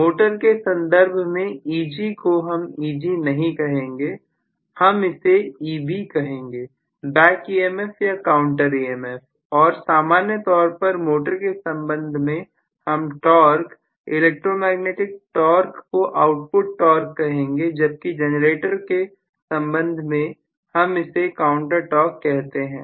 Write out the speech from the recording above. motor के संदर्भ में Eg को हम Eg नहीं कहेंगे हम इसे Eb कहेंगे बैक EMF या काउंटर EMF और सामान्य तौर पर मोटर के संबंध में हम टॉर्क इलेक्ट्रोमैग्नेटिक टॉर्क को आउटपुट टॉर्क कहेंगे जबकि जनरेटर के संबंध में हम इसे काउंटर टॉर्क कहते हैं